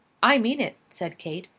i mean it, said kate.